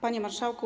Panie Marszałku!